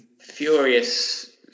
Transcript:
furious